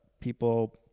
people